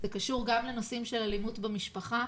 זה קשור גם לנושאים של אלימות במשפחה,